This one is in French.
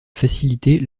faciliter